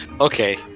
Okay